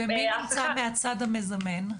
ומי נמצא מהצד המזמן?